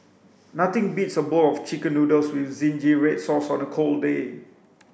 nothing beats a bowl of chicken noodles with zingy red sauce on a cold day